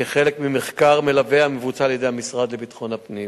כחלק ממחקר-מלווה המבוצע על-ידי המשרד לביטחון הפנים.